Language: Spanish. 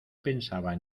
pensaba